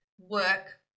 work